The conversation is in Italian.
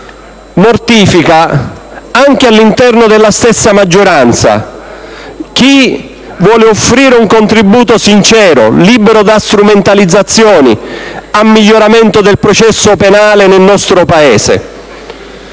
mortifica, anche all'interno della stessa maggioranza, chi vuole offrire un contributo sincero e libero da strumentalizzazioni al miglioramento del processo penale nel nostro Paese.